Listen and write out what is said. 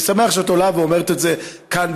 אני שמח שאת עולה ואומרת את זה כאן,